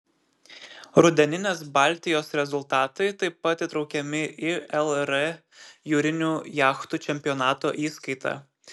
rudeninės baltijos rezultatai taip pat įtraukiami į lr jūrinių jachtų čempionato įskaitą